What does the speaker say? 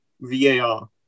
VAR